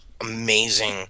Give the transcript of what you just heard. amazing